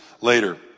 later